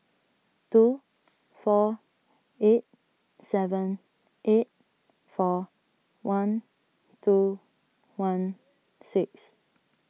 two four eight seven eight four one two one six